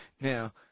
now